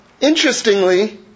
interestingly